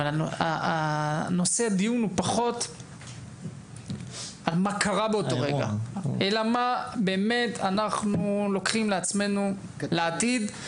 אבל נושא הדיון הוא פחות מה קרה אלא מה באמת אנחנו לוקחים לעצמנו לעתיד.